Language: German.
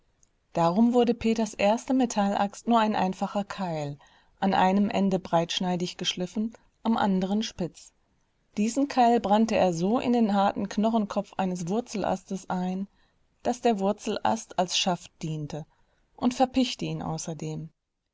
darum wurde peters erste metallaxt nur ein einfacher keil an einem ende breitschneidig geschliffen am anderen spitz diesen keil brannte er so in den harten knorrenkopf eines wurzelastes ein daß der wurzelast als schaft diente und verpichte ihn außerdem